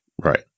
Right